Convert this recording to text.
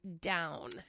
down